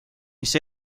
mis